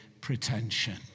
pretension